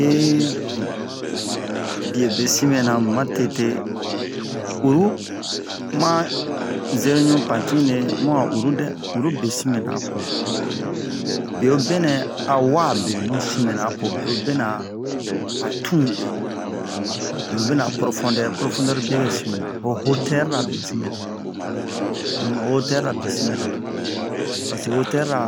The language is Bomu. e um bwe besin mɛnamu ma tete uru ma zenuɲu pantine mu'a uru dɛ uru besin mɛna apo beobenɛ a wabe mu sin mɛna apo beobenɛ a tunbe beobenɛ a profondeur profondeur be bɛ sin mɛna ho hauteur ra besin mɛ na um ho hauteur ra besin mɛ namu paseke hauteur ra